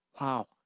Wow